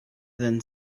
than